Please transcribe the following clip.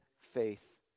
faith